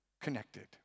connected